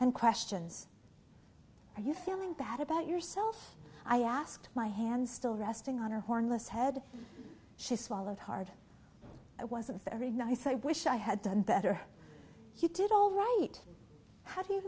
and questions are you feeling bad about yourself i asked my hand still resting on her hornless head she swallowed hard i wasn't very nice i wish i had done better you did all right how do you